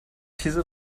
diese